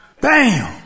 Bam